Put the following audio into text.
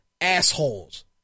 assholes